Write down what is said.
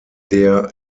der